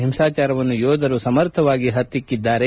ಹಿಂಸಾಚಾರವನ್ನು ಯೋಧರು ಸಮರ್ಥವಾಗಿ ಹತ್ತಿಕಿದ್ದಾರೆ